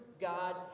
God